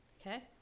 okay